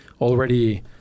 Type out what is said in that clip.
already